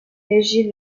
régit